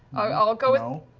i'll go